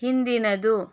ಹಿಂದಿನದು